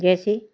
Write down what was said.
जैसे